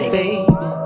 baby